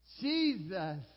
Jesus